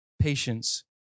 patience